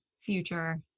future